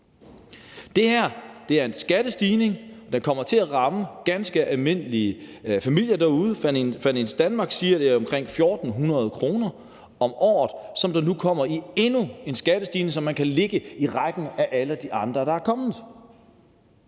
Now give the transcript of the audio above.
Det her er en skattestigning, der kommer til at ramme ganske almindelige familier derude. Finans Danmark siger, det er omkring 1.400 kr. om året, som der nu kommer i endnu en skattestigning, som man kan lægge i rækken af alle de andre, der er kommet.